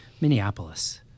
Minneapolis